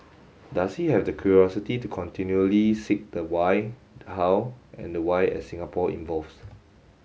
does he have the curiosity to continually seek the why how and the why as Singapore evolves